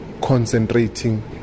concentrating